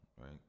right